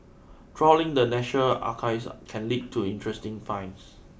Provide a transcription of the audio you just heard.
trawling the National Archives can lead to interesting finds